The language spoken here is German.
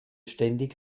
ständig